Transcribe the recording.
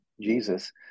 Jesus